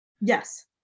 yes